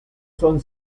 son